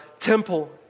Temple